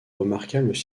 remarquables